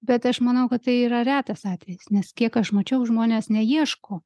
bet aš manau kad tai yra retas atvejis nes kiek aš mačiau žmonės neieško